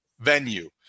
venue